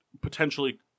potentially